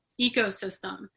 ecosystem